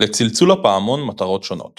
לצלצול הפעמון מטרות שונות